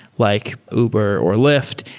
like uber, or lyft,